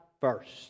first